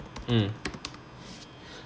mm